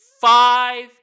Five